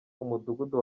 umudugudu